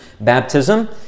baptism